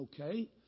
Okay